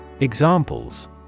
Examples